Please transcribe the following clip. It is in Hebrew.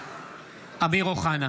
(קורא בשמות חברי הכנסת) אמיר אוחנה,